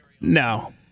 No